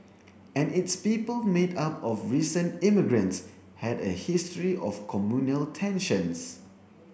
and its people made up of recent immigrants had a history of communal tensions